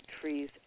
trees